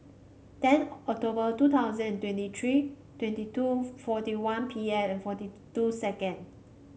ten October two thousand and twenty three twenty two forty one P M and forty two second